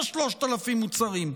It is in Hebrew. לא 3,000 מוצרים.